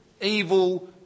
evil